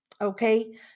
Okay